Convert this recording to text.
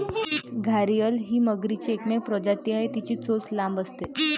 घारीअल ही मगरीची एकमेव प्रजाती आहे, तिची चोच लांब असते